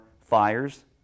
fires